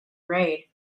raid